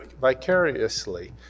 vicariously